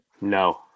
No